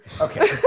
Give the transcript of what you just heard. Okay